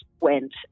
went